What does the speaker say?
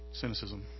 cynicism